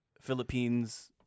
Philippines